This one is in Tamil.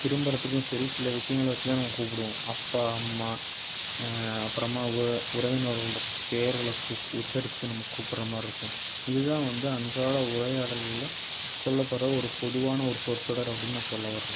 திரும்புகிறத்துக்கும் சரி சில விஷயங்களை வச்சுதான் நம்ம கூப்பிடுவோம் அப்பா அம்மா அப்புறமா உ உறவினர்களோட பேர்களை கூப் உச்சரித்து நம்ம கூப்பிட்ற மாதிரி இருக்கும் இதுதான் வந்து அன்றாட உரையாடல்களில் சொல்லப்படுற ஒரு பொதுவான ஒரு சொற்சொடர் அப்படின்னு நான் சொல்ல வரலாம்